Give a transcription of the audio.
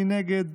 מי נגד?